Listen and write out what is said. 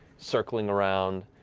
circling around.